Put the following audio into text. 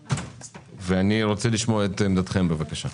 אני רוצה לשמוע את עמדתכם בבקשה.